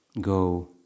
go